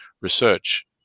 research